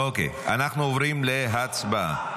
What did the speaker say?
אוקיי, אנחנו עוברים להצבעה.